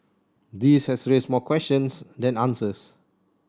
this has raised more questions than answers